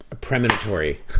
premonitory